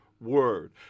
word